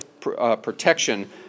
protection